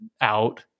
out